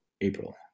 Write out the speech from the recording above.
April